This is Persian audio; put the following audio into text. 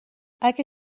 اگه